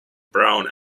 brown